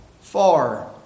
far